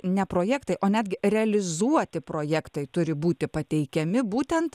ne projektai o netgi realizuoti projektai turi būti pateikiami būtent